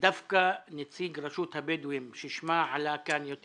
דווקא נציג רשות הבדואים ששמה עלה כאן יותר